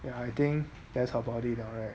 ya I think that's about it now right